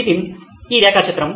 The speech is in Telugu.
నితిన్ ఈ రేఖా చిత్రం